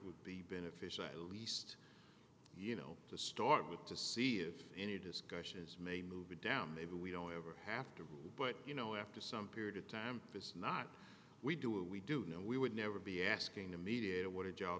would be beneficial at least you know to start with to see if any discussions may move it down maybe we don't ever have to but you know after some period of time it's not we do what we do know we would never be asking a mediator what a job